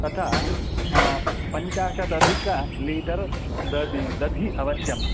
तथा पञ्चाशतधिक लीटर् दधिः दधिः आवश्यकम्